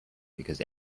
because